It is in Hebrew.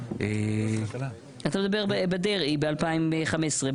אתה מדבר על דרעי ב-2015,